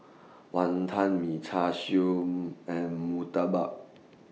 Wonton Mee Char Siu and Murtabak